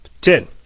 Ten